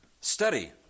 Study